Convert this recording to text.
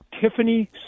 Tiffany